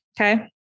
Okay